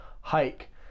hike